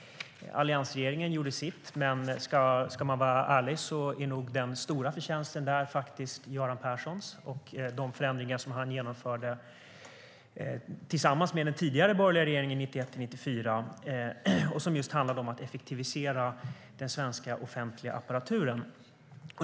Alliansregeringen gjorde sitt, men ska man vara ärlig är nog den stora förtjänsten Göran Perssons. De förändringar som genomfördes av honom och av den borgerliga regering som satt 1991-1994 handlade om att effektivisera den svenska offentliga apparaturen.